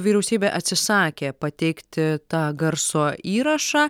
vyriausybė atsisakė pateikti tą garso įrašą